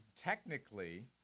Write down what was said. technically